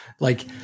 Like-